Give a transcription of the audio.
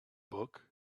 book